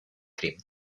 crim